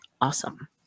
awesome